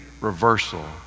reversal